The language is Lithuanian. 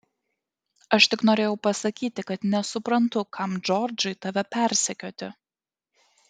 aš tik norėjau pasakyti kad nesuprantu kam džordžui tave persekioti